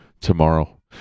tomorrow